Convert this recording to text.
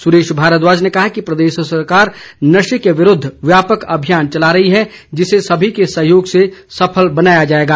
सुरेश भारद्वाज ने कहा कि प्रदेश सरकार नशे के विरूद्ध व्यापक अभियान चला रही है जिसे सभी के सहयोग से सफल बनाया जाएगा